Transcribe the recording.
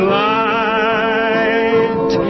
light